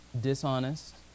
dishonest